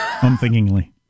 unthinkingly